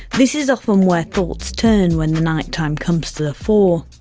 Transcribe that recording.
this is often where thoughts turn when the night-time comes to the fore.